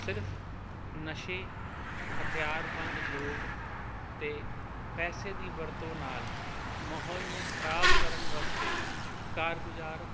ਸਿਰਫ ਨਸ਼ੇ ਹਥਿਆਰਬੰਦ ਲੋਕ ਅਤੇ ਪੈਸੇ ਦੀ ਵਰਤੋਂ ਨਾਲ ਮਾਹੌਲ ਨੂੰ ਖਰਾਬ ਕਰਨ ਵਾਸਤੇ ਕਾਰ ਬਾਜ਼ਾਰ